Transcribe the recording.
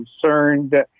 concerned